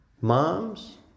Moms